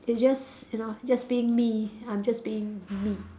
it's just you know just being me I'm just being me